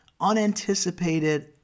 unanticipated